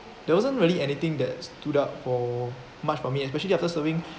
there wasn't really anything that stood out for much for me especially after serving